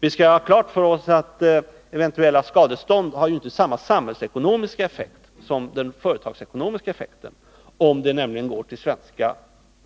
Vi skall ha klart för oss att de samhällsekonomiska effekterna av eventuella skadestånd inte blir desamma som de företagsekonomiska effekterna — om de nämligen